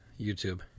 YouTube